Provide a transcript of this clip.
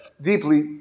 deeply